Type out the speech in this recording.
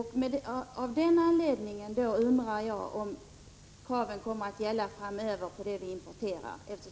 Av den anledningen undrar jag om kraven framöver kommer att gälla det vi importerar.